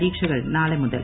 പരീക്ഷകൾ നാളെ മുതൽ